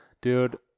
dude